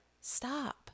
stop